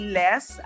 less